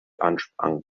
ansprangen